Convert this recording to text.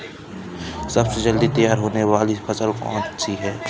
सबसे जल्दी तैयार होने वाली फसल कौन सी है?